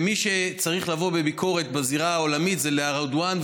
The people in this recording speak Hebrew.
מי שצריך לבוא אליו בביקורת בזירה העולמית זה ארדואן,